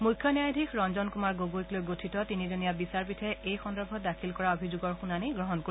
মুখ্য ন্যায়াধীশ ৰঞ্জন কুমাৰ গগৈক লৈ গঠিত তিনিজনীয়া বিচাৰপীঠে এই সন্দৰ্ভত দাখিল কৰা অভিযোগৰ শুনানি গ্ৰহণ কৰিব